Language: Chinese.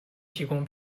提供